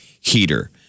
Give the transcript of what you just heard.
heater